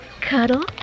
Cuddle